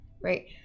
right